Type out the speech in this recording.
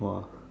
!wah!